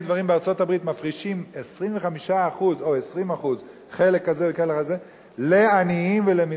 דברים בארצות-הברית מפרישות 25% או 20% לעניים ולמסכנים?